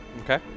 Okay